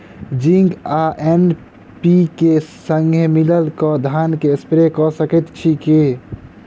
Zinc आ NPK, संगे मिलल कऽ धान मे स्प्रे कऽ सकैत छी की?